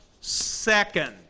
second